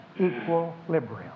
equilibrium